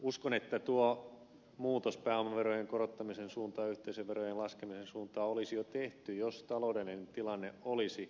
uskon että tuo muutos pääomaverojen korottamisen suuntaan ja yhteisöverojen laskemisen suuntaan olisi jo tehty jos taloudellinen tilanne olisi vakaampi